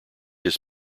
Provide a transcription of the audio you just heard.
his